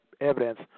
evidence